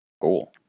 Cool